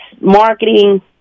marketing